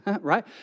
Right